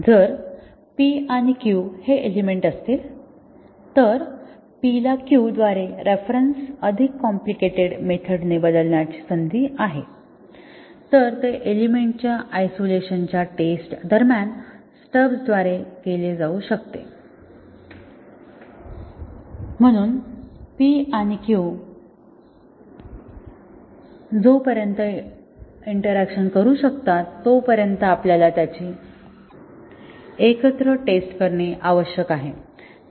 जर p आणि q हे एलिमेंट असतील तर p ला q द्वारे रेफेरन्स अधिक कॉम्प्लिकेटेड मेथड ने बदलण्याची संधी आहे तर ते एलिमेंट च्या आयसोलेशन च्या टेस्ट दरम्यान स्टब्स द्वारे केले जाऊ शकते आणि म्हणून p आणि q जोपर्यंत इन्टेरॅक्शन करू शकतात तोपर्यंत आपल्याला त्यांची एकत्र टेस्ट करणे आवश्यक आहे